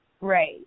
Right